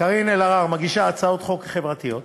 קארין אלהרר מגישה הצעות חוק חברתיות.